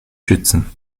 schützen